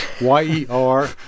Y-E-R